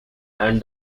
and